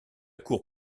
cour